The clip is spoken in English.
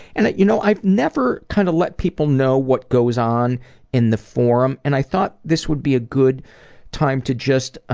and you know, i've never kind of let people know what goes on in the forum and i thought this would be a good time to. ah